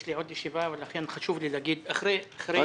יש לי עוד ישיבה ולכן חשוב לי להגיד אחרי אורית.